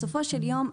בסופו של יום,